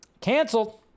canceled